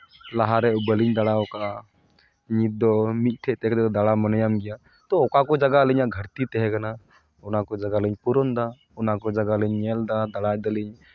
ᱞᱟᱦᱟᱨᱮ ᱵᱟᱹᱞᱤᱧ ᱫᱟᱬᱟ ᱠᱟᱜᱼᱟ ᱱᱤᱛ ᱫᱚ ᱢᱤᱫ ᱴᱷᱮᱡ ᱛᱟᱦᱮᱸ ᱠᱟᱛᱮᱜ ᱫᱟᱬᱟ ᱢᱚᱱᱮᱭᱟᱢ ᱜᱮᱭᱟ ᱛᱳ ᱚᱠᱟᱠᱚ ᱡᱟᱭᱜᱟ ᱟᱹᱞᱤᱧᱟᱜ ᱜᱷᱟᱹᱴᱛᱤ ᱛᱟᱦᱮᱸ ᱠᱟᱱᱟ ᱚᱱᱟᱠᱚ ᱡᱟᱭᱜᱟᱞᱤᱧ ᱯᱩᱨᱚᱱᱫᱟ ᱚᱱᱟᱠᱚ ᱡᱟᱭᱜᱟ ᱞᱤᱧ ᱧᱮᱞᱫᱟ ᱫᱟᱬᱟᱭ ᱫᱟᱞᱤᱧ